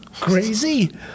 crazy